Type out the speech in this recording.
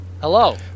Hello